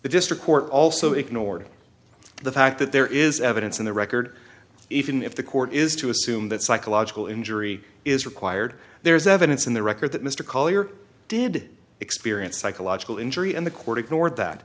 the district court also ignored the fact that there is evidence in the record even if the court is to assume that psychological injury is required there is evidence in the record that mr collier did experience psychological injury and the court ignored that